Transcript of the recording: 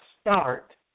start